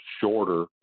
shorter